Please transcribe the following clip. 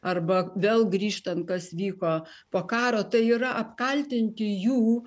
arba vėl grįžtant kas vyko po karo tai yra apkaltinti jų